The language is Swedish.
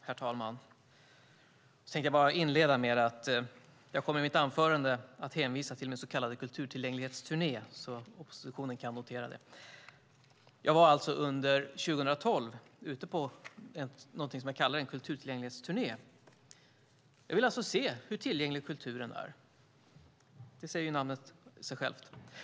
Herr talman! Jag tänkte inleda med att säga att jag i mitt anförande kommer att hänvisa till min så kallade kulturtillgänglighetsturné. Oppositionen kan notera det. Jag var alltså under 2012 ute på någonting som jag kallar en kulturtillgänglighetsturné. Jag ville se hur tillgänglig kulturen är - det säger namnet i sig självt.